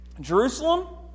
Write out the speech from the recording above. Jerusalem